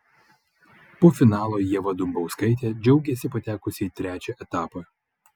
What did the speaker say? po finalo ieva dumbauskaitė džiaugėsi patekusi į trečią etapą